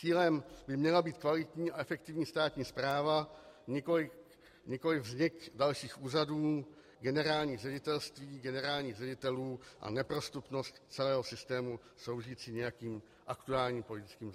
Cílem by měla být kvalitní a efektivní státní správa, nikoliv vznik dalších úřadů, generálních ředitelství, generálních ředitelů a neprostupnost celého systému sloužící nějakým aktuálním politickým zájmům.